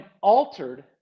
altered